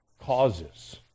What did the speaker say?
causes